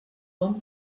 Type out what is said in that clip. bon